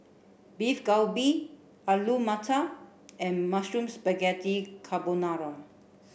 Beef Galbi Alu Matar and Mushroom Spaghetti Carbonara